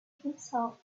himself